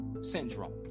syndrome